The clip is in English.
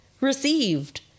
Received